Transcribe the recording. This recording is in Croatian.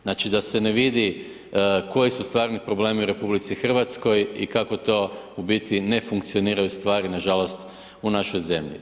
Znači da se ne vidi koji su stvarni problemi u RH i kako to u biti ne funkcioniraju stvari nažalost u našoj zemlji.